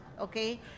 okay